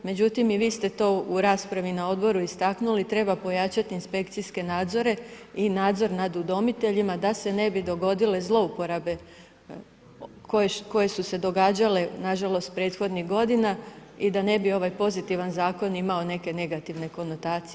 Međutim i vi ste to u raspravi na odboru istaknuli, treba pojačati inspekcijske nadzore i nadzor nad udomiteljima da se ne bi dogodile zlouporabe koje su se događale nažalost prethodnih godina i da ne bi ovaj pozitivan Zakon imao neke negativne konotacije.